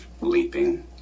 leaping